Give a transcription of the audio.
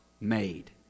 made